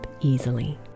easily